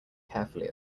carefully